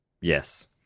Yes